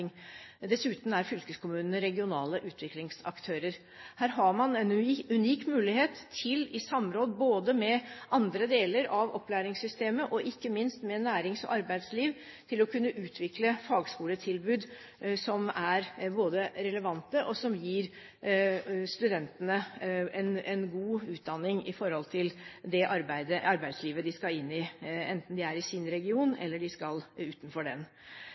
Dessuten er fylkeskommunene regionale utviklingsaktører. Her har man en unik mulighet til, i samråd med både andre deler av opplæringssystemet og ikke minst med nærings- og arbeidsliv, å kunne utvikle fagskoletilbud som både er relevante og gir studentene en god utdanning med tanke på det arbeidslivet de skal inn i, enten de er i sin region eller de skal utenfor den.